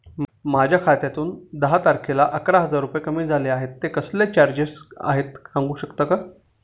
माझ्या खात्यातून दहा तारखेला अकरा रुपये कमी झाले आहेत ते कसले चार्जेस आहेत सांगू शकता का?